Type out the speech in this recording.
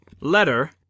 letter